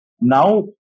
Now